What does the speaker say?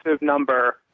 number